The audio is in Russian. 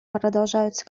продолжаются